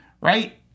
Right